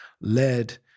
led